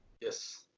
Yes